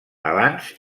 abans